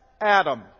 Adam